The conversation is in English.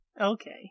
Okay